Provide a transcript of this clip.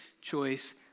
choice